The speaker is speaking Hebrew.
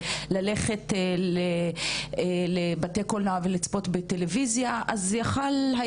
ללכת לבתי קולנוע ולצפות בטלויזיה אז יכול היה